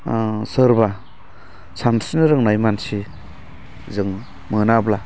सोरबा सानस्रिनो रोंनाय मानसि जों मोनाब्ला